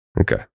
Okay